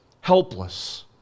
Helpless